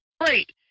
great